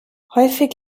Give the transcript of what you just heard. häufig